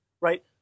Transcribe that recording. right